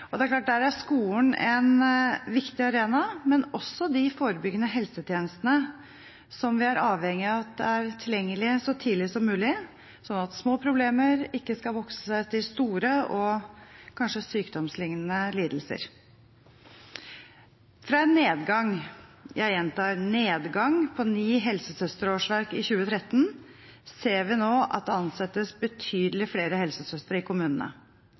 Der er skolen en viktig arena, men også de forebyggende helsetjenestene, som vi er avhengige av at er tilgjengelige så tidlig som mulig, slik at små problemer ikke skal vokse seg til store og kanskje sykdomsliknende lidelser, er viktige. Fra en nedgang – jeg gjentar: en nedgang – på ni helsesøsterårsverk i 2013, ser vi nå at det ansettes betydelig flere helsesøstre i kommunene.